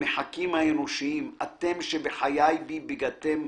המחקים האנושיים, אתם שבחיי בי בגדתם,